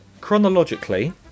chronologically